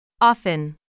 often